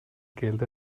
geld